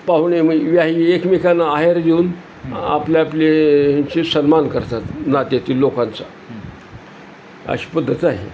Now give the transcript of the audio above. पाहुणे मग व्याही एकमेकांना अहेर देऊन आपल्या आपल्यांचे सन्मान करतात नात्यातील लोकांचा अशी पद्धत आहे